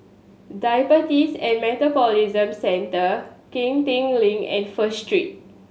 Diabetes and Metabolism Centre Genting Link and First Street